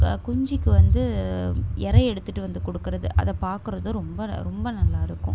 குஞ்சுக்கு வந்து எர எடுத்துகிட்டு வந்து கொடுக்கறது அதை பார்க்கறது ரொம்ப ரொம்ப நல்லா இருக்கும்